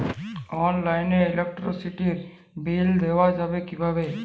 অনলাইনে ইলেকট্রিসিটির বিল দেওয়া যাবে কিভাবে?